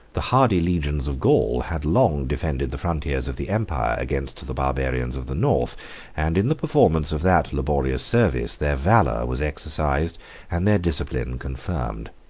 the hardy legions of gaul had long defended the frontiers of the empire against the barbarians of the north and in the performance of that laborious service, their valor was exercised and their discipline confirmed.